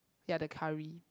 ya the curry